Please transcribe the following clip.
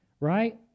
right